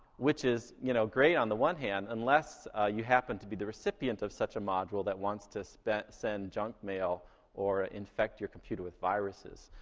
which is, you know, great on the one hand, unless you happen to be the recipient of such a module that wants to send junk mail or infect your computer with viruses.